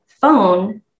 phone